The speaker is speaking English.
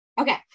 Okay